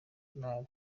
nabi